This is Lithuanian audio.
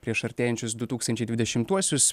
prieš artėjančius du tūkstančiai dvidešimtuosius